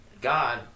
God